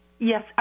Yes